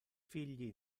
figli